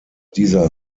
dieser